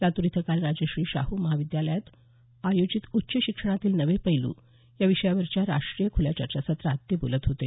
लातूर इथं काल राजर्षी शाहू महाविद्यालयात आयोजित उच्च शिक्षणातील नवे पैल या विषयावरच्या राष्टीय खुल्या चर्चासत्रात ते बोलत होते